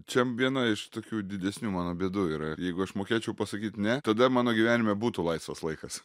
čia viena iš tokių didesnių mano bėdų yra jeigu aš mokėčiau pasakyt ne tada mano gyvenime būtų laisvas laikas